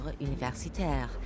Universitaire